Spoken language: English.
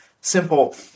simple